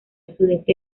sudeste